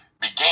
Began